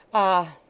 ah!